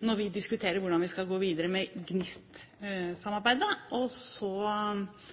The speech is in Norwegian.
når vi diskuterer hvordan vi skal gå videre med GNIST-samarbeidet. Og